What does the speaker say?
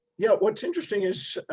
yeah, what's interesting is